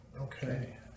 Okay